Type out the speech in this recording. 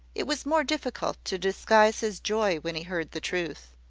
it was more difficult to disguise his joy when he heard the truth.